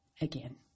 again